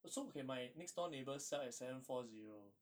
no so okay my next door neighbour sell at seven four zero